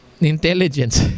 intelligence